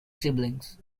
siblings